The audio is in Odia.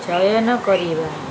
ଚୟନ କରିବା